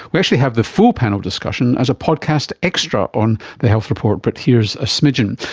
we actually have the full panel discussion as a podcast extra on the health report, but here's a smidgen.